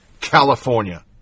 California